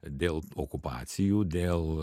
dėl okupacijų dėl